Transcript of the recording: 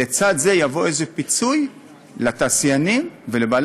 לצד זה יבוא איזה פיצוי לתעשיינים ולבעלי